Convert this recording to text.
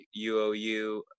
UOU